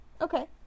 okay